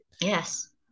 Yes